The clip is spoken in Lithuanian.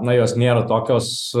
na jos nėra tokios